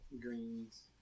greens